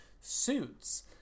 suits